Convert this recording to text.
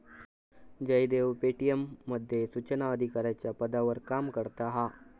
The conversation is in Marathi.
जयदेव पे.टी.एम मध्ये सुचना अधिकाराच्या पदावर काम करता हा